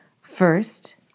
First